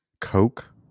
Coke